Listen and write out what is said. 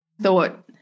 thought